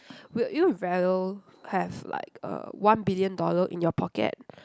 would you rather have like uh one billion dollar in your pocket